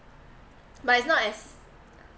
but it's not as